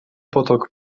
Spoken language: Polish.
potok